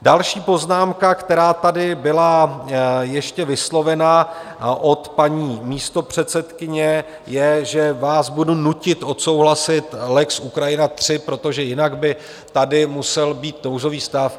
Další poznámka, která tady byla ještě vyslovena od paní místopředsedkyně, je, že vás budu nutit odsouhlasit lex Ukrajina III, protože jinak by tady musel být nouzový stav.